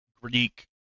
Greek